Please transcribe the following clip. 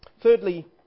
Thirdly